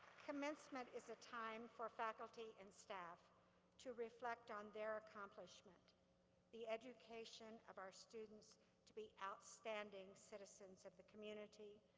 commencement is a time for faculty and staff to reflect on their accomplishment the education of our students to be outstanding citizens of the community,